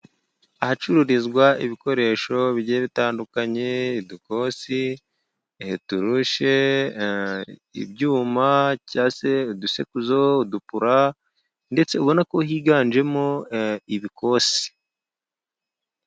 Ahacururizwa ibikoresho bigiye bitandukanye, udukosi, uturushe, ibyuma cya se udusekuzo, udupura, ndetse ubona ko higanjemo ibikosi.